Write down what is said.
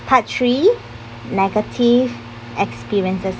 part three negative experiences